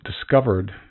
discovered